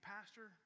Pastor